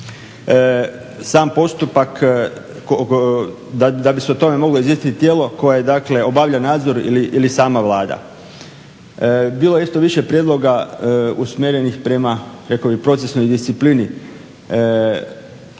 sam postupak, da bi se o tome moglo izvijestiti tijelo koje dakle obavlja nadzor ili sama vlada. Bilo je isto više prijedloga usmjerenih prema, rekao bih procesnoj disciplini